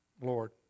Lord